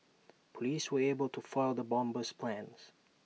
Police were able to foil the bomber's plans